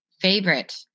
favorite